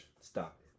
Stop